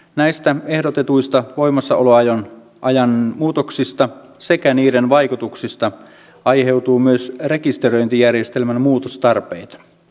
näistä ehdotetuista voimassaoloajan muutoksista sekä niiden vaikutuksista aiheutuu myös rekisteröintijärjestelmän muutostarpeita